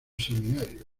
seminario